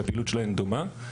שהפעילות שלהן דומה,